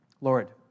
Lord